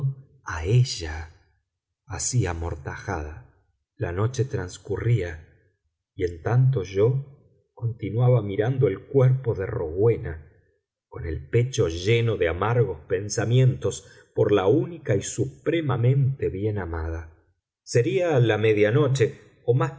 a ella así amortajada la noche transcurría y en tanto yo continuaba mirando el cuerpo de rowena con el pecho lleno de amargos pensamientos por la única y supremamente bien amada sería la media noche o más